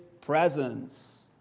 presence